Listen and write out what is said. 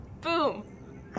Boom